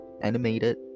animated